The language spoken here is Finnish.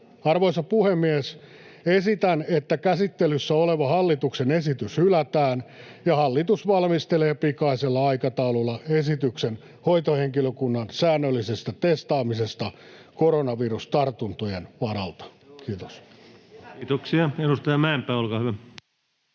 Arvoisa puhemies! Esitän, että käsittelyssä oleva hallituksen esitys hylätään ja hallitus valmistelee pikaisella aikataululla esityksen hoitohenkilökunnan säännöllisestä testaamisesta koronavirustartuntojen varalta. — Kiitos. [Aki Lindén: Entä